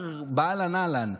כאילו נאמר: באהלן אהלן.